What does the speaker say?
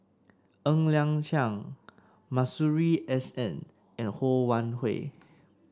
Ng Liang Chiang Masuri S N and Ho Wan Hui